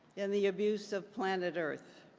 and the abuse of planet earth.